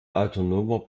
autonomer